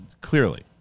clearly